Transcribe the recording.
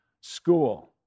school